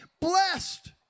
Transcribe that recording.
blessed